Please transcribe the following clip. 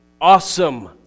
awesome